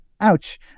ouch